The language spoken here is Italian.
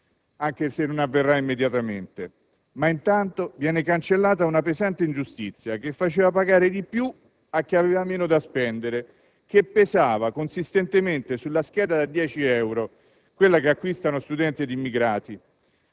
anche se non avverrà immediatamente; ma intanto viene cancellata una pesante ingiustizia, che faceva pagare di più a chi aveva meno da spendere, che gravava consistentemente sulla scheda da dieci euro (quella che acquistano studenti e immigrati),